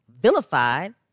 vilified